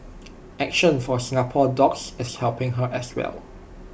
action for Singapore dogs is helping her as well